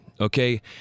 okay